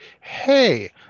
hey